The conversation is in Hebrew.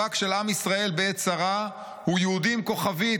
במאבק של עם ישראל בעת צרה הוא יהודי עם כוכבית.